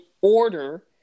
order